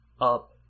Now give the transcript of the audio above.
up